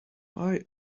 why